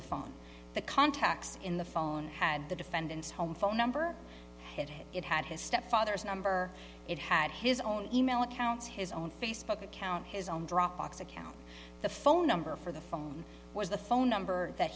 the phone the contacts in the phone had the defendant's home phone number it had his stepfather's number it had his own e mail accounts his own facebook account his own dropbox account the phone number for the phone was the phone number that